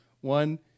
one